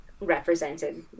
represented